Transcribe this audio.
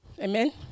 Amen